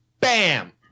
Bam